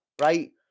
right